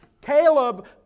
Caleb